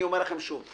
אני אומר לכם שוב,